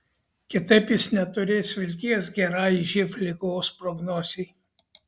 kitaip jis neturės vilties gerai živ ligos prognozei